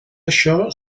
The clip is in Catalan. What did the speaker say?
això